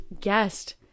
guest